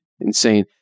insane